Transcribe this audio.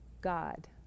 God